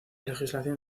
legislación